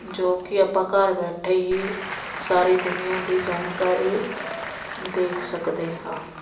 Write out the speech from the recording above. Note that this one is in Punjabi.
ਜੋ ਕਿ ਆਪਾਂ ਘਰ ਬੈਠੇ ਹੀ ਸਾਰੀ ਦੁਨੀਆ ਦੀ ਜਾਣਕਾਰੀ ਦੇਖ ਸਕਦੇ ਹਾਂ